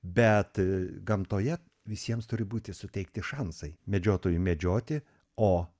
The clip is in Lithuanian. bet gamtoje visiems turi būti suteikti šansai medžiotojui medžioti o